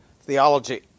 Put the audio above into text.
theology